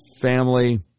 family